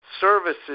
services